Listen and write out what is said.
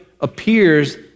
appears